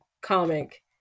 comic